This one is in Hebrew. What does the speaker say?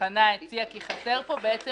שחנה וינשטוק טירי הציעה כי חסר פה בעצם